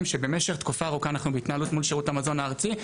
שבמשך תקופה ארוכה אנחנו בהתנהלות מול שירות המזון הארצי.